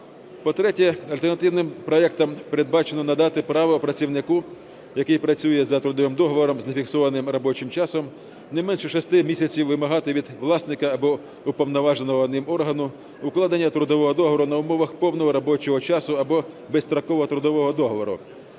По-третє, альтернативним проектом передбачено надати право працівнику, який працює за трудовим договором з нефіксованим робочим часом не менше шести місяців, вимагати від власника або уповноваженого ним органу укладення трудового договору на умовах повного робочого часу або безстрокового трудового договору.